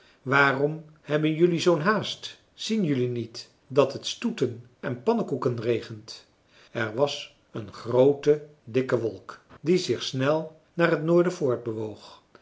waarom hebben jelui zoo'n haast zien jelui niet dat het stoeten en pannekoeken regent er was een groote dikke wolk die zich snel naar het noorden